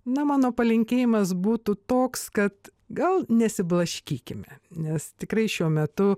na mano palinkėjimas būtų toks kad gal nesiblaškykime nes tikrai šiuo metu